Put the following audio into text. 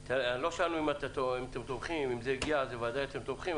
אם זה הגיעה לכאן אז בוודאי שאתם תומכים,